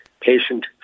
patient